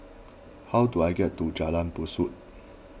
how do I get to Jalan Besut